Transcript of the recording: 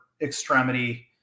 extremity